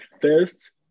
first